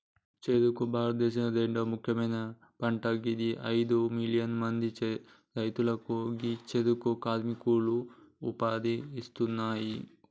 చెఱుకు భారతదేశంలొ రెండవ ముఖ్యమైన పంట గిది అయిదు మిలియన్ల మంది రైతులకు గీ చెఱుకు కర్మాగారాలు ఉపాధి ఇస్తున్నాయి